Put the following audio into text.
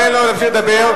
תן לו להמשיך לדבר.